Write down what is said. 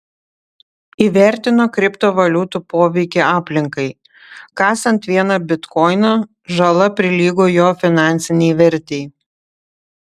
įvertino kriptovaliutų poveikį aplinkai kasant vieną bitkoiną žala prilygo jo finansinei vertei